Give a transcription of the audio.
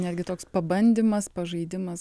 netgi toks pabandymas pažaidimas